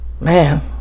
man